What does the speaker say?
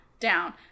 down